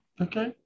okay